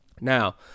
Now